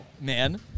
man